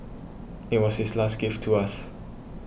it was his last gift to us